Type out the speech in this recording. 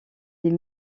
des